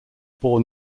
born